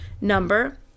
number